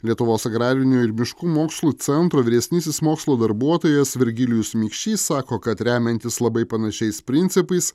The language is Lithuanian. lietuvos agrarinių ir miškų mokslų centro vyresnysis mokslo darbuotojas virgilijus mikšys sako kad remiantis labai panašiais principais